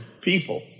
people